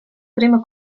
prima